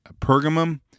Pergamum